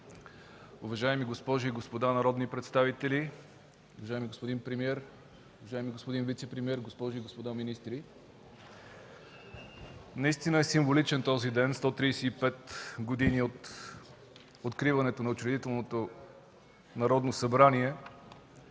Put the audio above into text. уважаеми госпожи и господа народни представители, уважаеми господин премиер, уважаеми господин вицепремиер, госпожи и господа министри! Наистина този ден е символичен – 135 години от откриването на Учредителното Народно събрание.